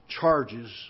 charges